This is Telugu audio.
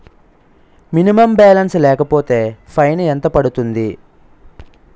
మినిమం బాలన్స్ లేకపోతే ఫైన్ ఎంత పడుతుంది?